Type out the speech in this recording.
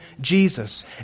jesus